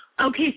Okay